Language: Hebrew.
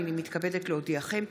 הינני מתכבדת להודיעכם,